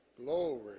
glory